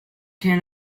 can